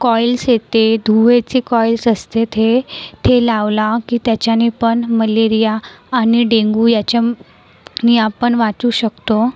coils येते धुव्वेचे coils असते ते ते लावला की त्याच्याने पण मलेरिया आणि डेंगू याच्याम नी आपण वाचू शकतो